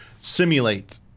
simulate